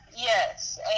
Yes